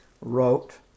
wrote